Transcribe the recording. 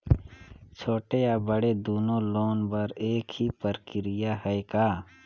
छोटे या बड़े दुनो लोन बर एक ही प्रक्रिया है का?